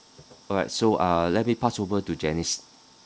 alright so uh let me pass over to janice